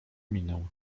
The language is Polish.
minę